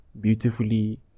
beautifully